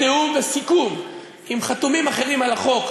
בתיאום וסיכום עם חתומים אחרים על החוק,